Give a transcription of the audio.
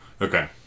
Okay